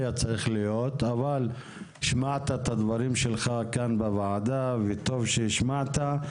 אבל השמעת את הדברים שלך כאן בוועדה וטוב שהשמעת.